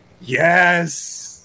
yes